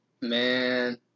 man